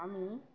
আমি